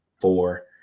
four